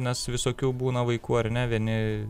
nes visokių būna vaikų ar ne vieni